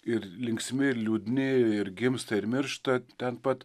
ir linksmi ir liūdni ir gimsta ir miršta ten pat